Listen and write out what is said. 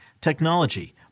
technology